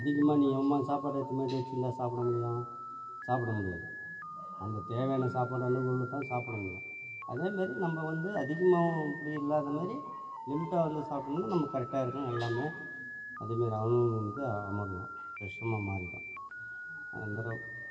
அதிகமாக நீ எம்மா சாப்பாடை எடுத்து போய் வச்சுருந்தா சாப்பிட முடியும் சாப்பிட முடியாது அந்த தேவையான சாப்பாடு அளவுக்குள்ளே தான் சாப்பிட முடியும் அதேமாரி நம்ம வந்து அதிகமாகவும் அப்படியும் இல்லாத மாதிரி லிமிட்டாக வந்து சாப்பிட்ணும் நமக்கு கரெக்டாக இருக்கும் எல்லாமே அதேமாரி அவங்களும் வந்து அமரணும் விஷமா மாறிவிடும் அதுமாரி